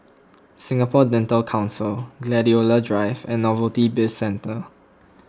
Singapore Dental Council Gladiola Drive and Novelty Bizcentre